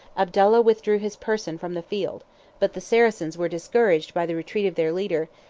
abdallah withdrew his person from the field but the saracens were discouraged by the retreat of their leader,